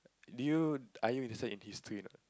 do you are you interested in history or not